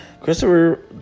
Christopher